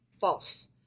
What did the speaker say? False